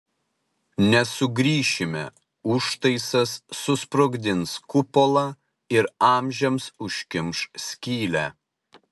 nesugrįšime užtaisas susprogdins kupolą ir amžiams užkimš skylę